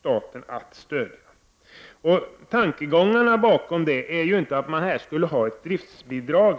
staten att stödja detta centrum. Tanken bakom resonemanget är inte att det behövs ett driftbidrag.